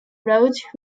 rhodes